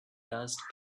dust